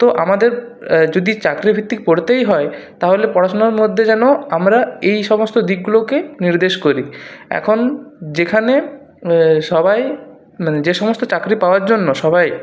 তো আমাদের যদি চাকরিভিত্তিক পড়তেই হয় তাহলে পড়াশোনার মধ্যে যেন আমরা এই সমস্ত দিকগুলোকে নির্দেশ করি এখন যেখানে সবাই মানে যে সমস্ত চাকরি পাওয়ার জন্য সবাই